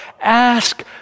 Ask